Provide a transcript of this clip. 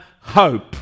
hope